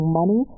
money